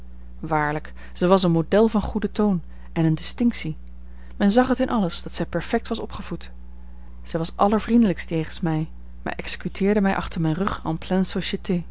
waarlijk zij was een model van goeden toon en eene distinctie men zag het in alles dat zij perfect was opgevoed zij was allervriendelijkst jegens mij maar executeerde mij achter mijn rug en